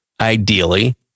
ideally